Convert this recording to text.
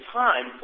time